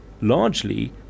largely